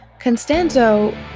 Constanzo